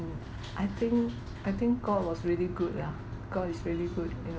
I think I think god was really good lah god is really good you know